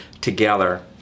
together